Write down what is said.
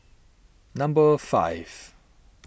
number five